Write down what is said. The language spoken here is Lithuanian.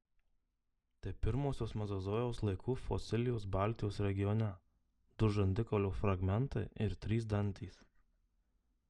tai pirmosios mezozojaus laikų fosilijos baltijos regione du žandikaulio fragmentai ir trys dantys